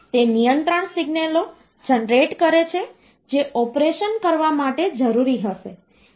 તે નિયંત્રણ સિગ્નલો જનરેટ કરે છે જે ઓપરેશન કરવા માટે જરૂરી હશે